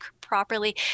properly